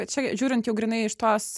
čia žiūrint jau grynai iš tos